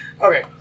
Okay